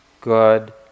good